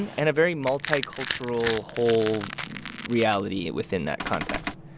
and and a very multicultural whole reality within that context.